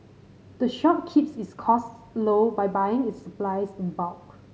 the shop keeps its costs low by buying its supplies in bulk